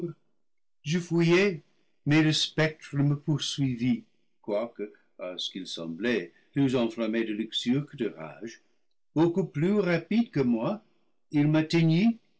je fouillai mais le spectre me poursuivit quoique à ce qu'il semblait plus enflammé de luxure que de rage beaucoup plus rapide que moi il m'atteignit